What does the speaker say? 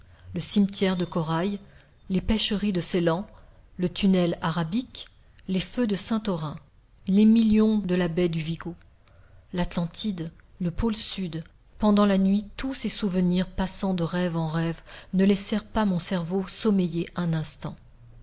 le cimetière de corail les pêcheries de ceylan le tunnel arabique les feux de santorin les millions de la baie du vigo l'atlantide le pôle sud pendant la nuit tous ces souvenirs passant de rêve en rêve ne laissèrent pas mon cerveau sommeiller un instant